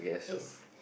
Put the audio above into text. is